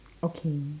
okay